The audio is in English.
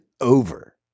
over